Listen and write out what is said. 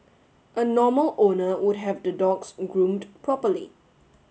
a normal owner would have the dogs groomed properly